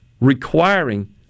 requiring